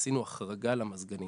עשינו החרגה למזגנים.